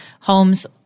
homes